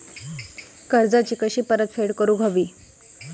कर्जाची कशी परतफेड करूक हवी?